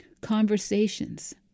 conversations